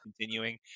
continuing